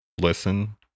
listen